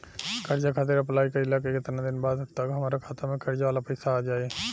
कर्जा खातिर अप्लाई कईला के केतना दिन बाद तक हमरा खाता मे कर्जा वाला पैसा आ जायी?